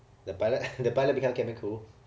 the pilot the pilot become cabin crew